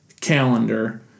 calendar